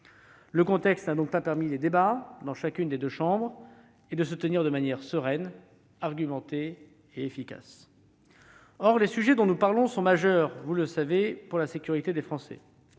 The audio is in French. Le contexte n'a pas permis aux débats, dans chacune des deux chambres, de se tenir de manière sereine, argumentée et efficace. Or les sujets dont nous parlons sont essentiels pour la sécurité des Français.